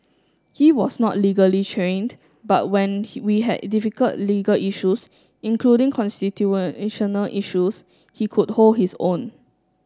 he was not legally trained but when we had difficult legal issues including constitutional issues he could hold his own